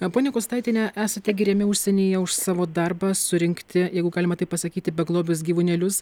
ponia gustaitiene esate giriami užsienyje už savo darbą surinkti jeigu galima taip pasakyti beglobius gyvūnėlius